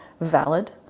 valid